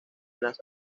las